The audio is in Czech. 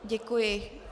Děkuji.